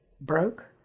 broke